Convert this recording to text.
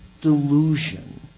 delusion